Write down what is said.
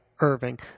Irving